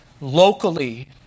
locally